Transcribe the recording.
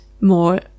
more